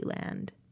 Land